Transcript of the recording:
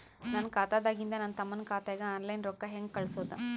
ನನ್ನ ಖಾತಾದಾಗಿಂದ ನನ್ನ ತಮ್ಮನ ಖಾತಾಗ ಆನ್ಲೈನ್ ರೊಕ್ಕ ಹೇಂಗ ಕಳಸೋದು?